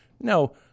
no